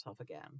again